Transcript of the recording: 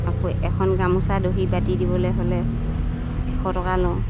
আকৌ এখন গামোচা দহি বাতি দিবলে হ'লে এশ টকা লওঁ